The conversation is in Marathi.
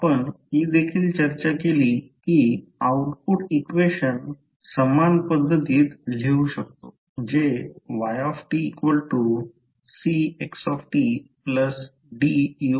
आपण ही देखील चर्चा केली की आउटपुट इक्वेशन आपण समान पध्दतीत लिहू शकतो